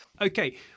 Okay